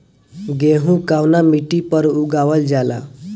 गेहूं कवना मिट्टी पर उगावल जाला?